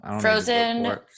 Frozen